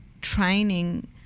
training